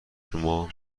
شما